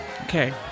Okay